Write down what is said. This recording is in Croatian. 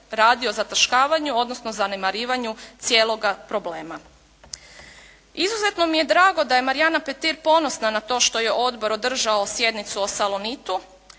radi o zataškavanju, odnosno zanemarivanju cijeloga problema. Izuzetno mi je drago da je Marijana Petir ponosna na to što je odbor održao sjednicu o "Salonitu"